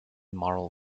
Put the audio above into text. moral